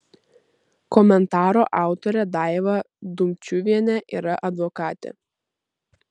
komentaro autorė daiva dumčiuvienė yra advokatė